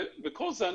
כל זה,